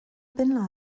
bin